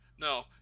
No